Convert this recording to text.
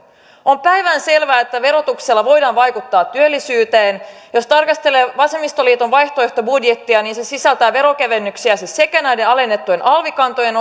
on päivänselvää että verotuksella voidaan vaikuttaa työllisyyteen jos tarkastelee vasemmistoliiton vaihtoehtobudjettia niin se sisältää veronkevennyksiä siis sekä näiden alennettujen alvikantojen